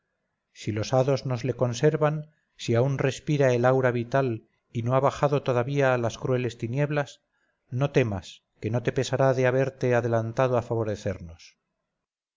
si los hados nos le conservan si aun respira el aura vital y no ha bajado todavía a las crueles tinieblas no temas que no te pesará de haberte adelantado a favorecernos